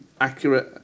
accurate